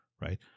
Right